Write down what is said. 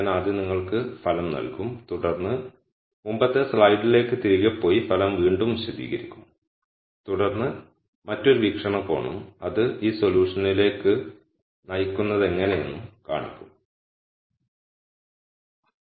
ഞാൻ ആദ്യം നിങ്ങൾക്ക് ഫലം നൽകും തുടർന്ന് മുമ്പത്തെ സ്ലൈഡിലേക്ക് തിരികെ പോയി ഫലം വീണ്ടും വിശദീകരിക്കും തുടർന്ന് മറ്റൊരു വീക്ഷണകോണും അത് ഈ സൊല്യൂഷനിലേക്ക് നയിക്കുന്നതെങ്ങനെയെന്ന് കാണിക്കും